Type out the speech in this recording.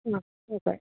ആ ഓക്കെ